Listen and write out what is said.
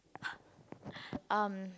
um